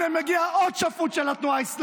לכן בושה, בושה.